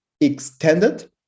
extended